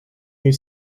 you